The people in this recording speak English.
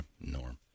Norm